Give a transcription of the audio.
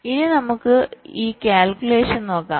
ഇനി നമുക്ക് ഈകാല്കുലേഷൻ നോക്കാം